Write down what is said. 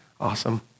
Awesome